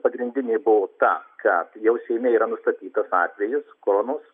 pagrindinė buvo ta kad jau seniai yra nustatytas atvejis koronos